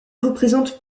représente